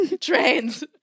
Trains